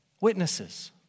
witnesses